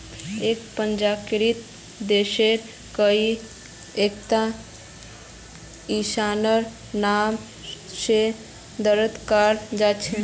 एकता पंजीकृत शेयर कोई एकता इंसानेर नाम स दर्ज कराल जा छेक